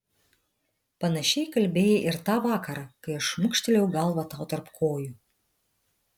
panašiai kalbėjai ir tą vakarą kai aš šmukštelėjau galvą tau tarp kojų